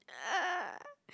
uh